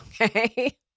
Okay